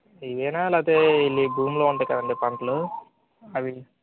ఇవేనా లేకపోతే ఈ భూమిలో ఉంటాయి కదండీ పంటలు అవి